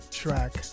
track